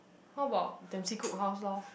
how about Dempsey Cookhouse lor